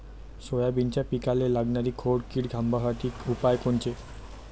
सोयाबीनच्या पिकाले लागनारी खोड किड थांबवासाठी उपाय कोनचे?